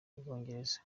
bwongereza